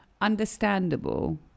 understandable